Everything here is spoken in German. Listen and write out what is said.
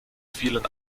vielen